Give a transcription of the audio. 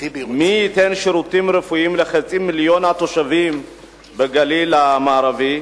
מי ייתן שירותים רפואיים לחצי מיליון התושבים בגליל המערבי?